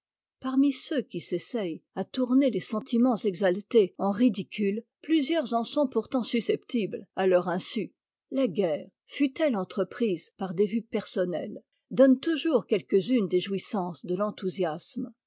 parmi ceux qui s'essayent à tourner les sentiments exaltés en ridicule plusieurs en sont pourtant susceptibles à leur insu la guerre fùt elle entreprise par des vues personnelles donne toujours quelques-unes des jouissances de t'enthousiasme